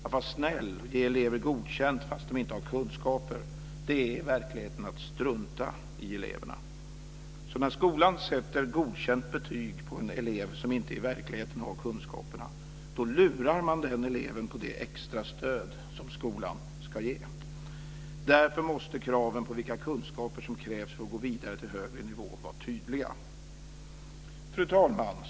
Att vara snäll och ge elever godkänt fast de inte har kunskaper är i verkligheten att strunta i eleverna. När skolan sätter godkänt betyg på en elev som i verkligheten inte har kunskaperna lurar man den eleven på det extra stöd som skolan ska ge. Därför måste kraven på vilka kunskaper som krävs för att gå vidare till högre nivå vara tydliga. Fru talman!